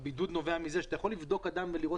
הבידוד נובע מזה שאתה יכול לבדוק אדם ולראות